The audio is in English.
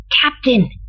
Captain